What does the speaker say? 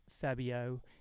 Fabio